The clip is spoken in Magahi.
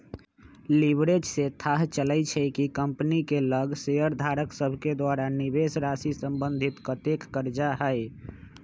लिवरेज से थाह चलइ छइ कि कंपनी के लग शेयरधारक सभके द्वारा निवेशराशि संबंधित कतेक करजा हइ